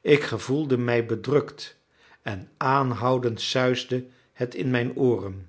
ik gevoelde mij bedrukt en aanhoudend suisde het in mijn ooren